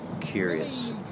curious